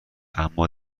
اما